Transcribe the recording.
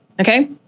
Okay